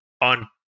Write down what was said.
on